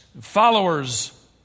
Followers